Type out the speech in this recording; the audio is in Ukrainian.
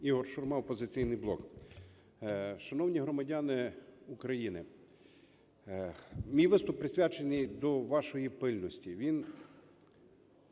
Ігор Шурма, "Опозиційний блок". Шановні громадяни України, мій виступ присвячений до вашої пильності. Він